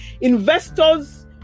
Investors